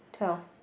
twelve